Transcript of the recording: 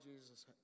Jesus